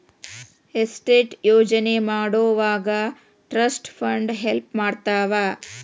estate ಯೋಜನೆ ಮಾಡೊವಾಗ trust fund help ಮಾಡ್ತವಾ